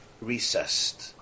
recessed